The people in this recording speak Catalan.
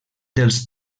dels